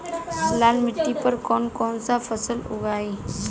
लाल मिट्टी पर कौन कौनसा फसल उगाई?